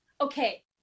okay